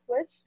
switch